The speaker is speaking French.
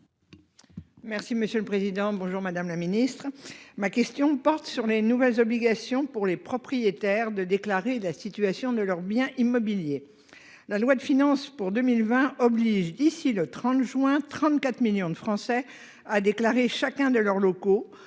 Merci, monsieur le Président, bonjour, madame la Ministre. Ma question porte sur les nouvelles obligations pour les propriétaires de déclarer la situation de leurs biens immobiliers. La loi de finances pour 2020 oblige, d'ici le 30 juin, 34 millions de Français, a déclaré chacun de leurs locaux